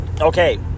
Okay